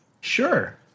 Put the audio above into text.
Sure